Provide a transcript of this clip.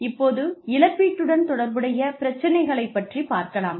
இப்போது இழப்பீட்டுடன் தொடர்புடைய பிரச்சினைகள் பற்றிப் பார்க்கலாம்